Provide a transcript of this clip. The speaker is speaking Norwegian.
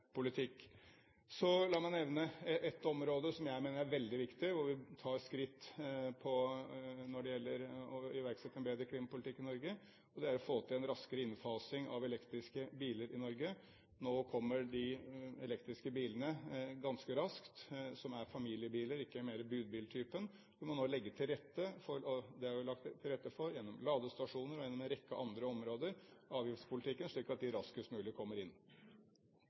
politikk. La meg nevne ett område som jeg mener er veldig viktig, hvor vi tar skritt når det gjelder å iverksette en bedre klimapolitikk i Norge. Det er å få til en raskere innfasing av elektriske biler i Norge. Nå kommer de elektriske bilene ganske raskt. Det er familiebiler, ikke budbiltypen, som det er lagt til rette for gjennom ladestasjoner og på en rekke andre områder, avgiftspolitikken, slik at de raskest mulig kommer inn.